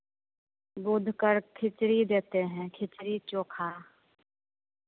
बुध कर खिचड़ी देते हैं खिचड़ी चोखा